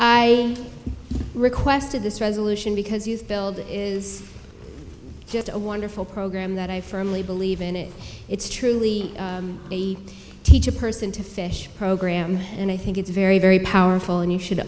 i requested this resolution because you build is just a wonderful program that i firmly believe in it it's truly teach a person to fish program and i think it's very very powerful and you should